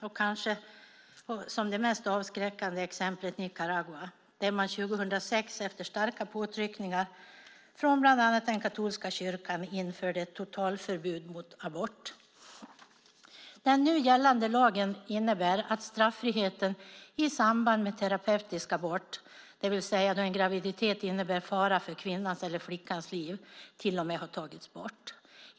Det kanske mest avskräckande exemplet är Nicaragua, där man 2006 efter starka påtryckningar från inte minst den katolska kyrkan införde ett totalförbud mot abort. Den nu gällande lagen innebär att till och med straffriheten i samband med terapeutisk abort, det vill säga då en graviditet innebär fara för kvinnans eller flickans liv, har tagits bort.